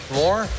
more